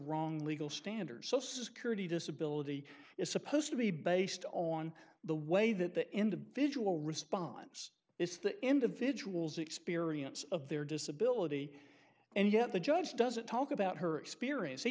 wrong legal standard so security disability is supposed to be based on the way that the individual response is the individual's experience of their disability and yet the judge doesn't talk about her experience he